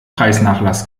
preisnachlass